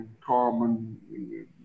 carbon